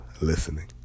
listening